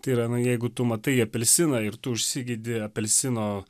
tai yra na jeigu tu matai apelsiną ir tu užsigeidi apelsino